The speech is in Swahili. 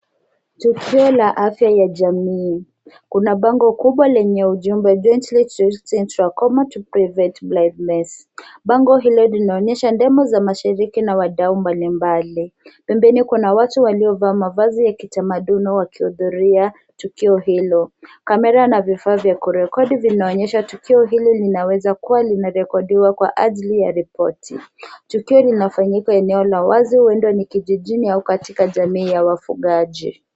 Tukio la afya ya jamii. Kuna bango kubwa lenye ujumbe Jointly treating trachoma to prevent blindness . Bango hilo linaonyesha ndemo za mashiriki na wadau mbalimbali. Pembeni kuna watu waliovaa mavazi ya kitamaduni wakihudhuria tukio hilo. Kamera na vifaa vya kurekodi vinaonyesha tukio hili linaweza kuwa linarekodiwa kwa ajili ya ripoti. Tukio linafanyika eneo la wazi, huenda ni kijijini au katika jamii ya wafugaji.